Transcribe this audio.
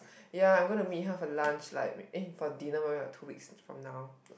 ya I gonna meet her for lunch like eh for dinner maybe two weeks from now